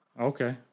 Okay